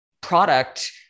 product